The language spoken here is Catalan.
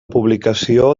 publicació